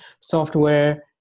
software